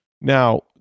Now